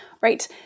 right